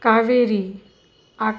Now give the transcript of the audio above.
Kaveri आ